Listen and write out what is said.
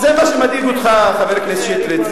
זה מה שמדאיג אותך, חבר הכנסת שטרית?